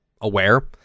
aware